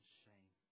shame